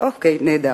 אוקיי, נהדר.